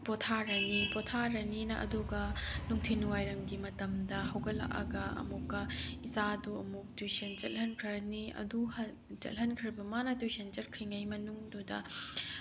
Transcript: ꯄꯣꯊꯔꯅꯤ ꯄꯣꯊꯔꯅꯤꯅ ꯑꯗꯨꯒ ꯅꯨꯡꯊꯤꯜ ꯋꯥꯏꯔꯝꯒꯤ ꯃꯇꯝꯗ ꯍꯧꯒꯠꯂꯛꯑꯒ ꯑꯃꯨꯛꯀ ꯏꯆꯥꯗꯨ ꯑꯃꯨꯛ ꯇ꯭ꯌꯨꯁꯟ ꯆꯠꯍꯟꯈ꯭ꯔꯅꯤ ꯑꯗꯨ ꯆꯠꯍꯟꯈ꯭ꯔꯕ ꯃꯥꯅ ꯇ꯭ꯌꯨꯁꯟ ꯆꯠꯈ꯭ꯔꯤꯉꯩ ꯃꯅꯨꯡꯗꯨꯗ